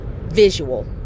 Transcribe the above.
visual